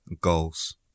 goals